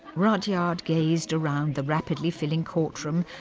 rudyard gazed around the rapidly filling courtroom,